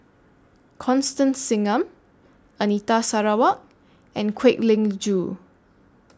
Constance Singam Anita Sarawak and Kwek Leng Joo